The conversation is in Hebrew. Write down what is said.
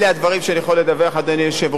אלה הדברים שאני יכול לדווח, אדוני היושב-ראש.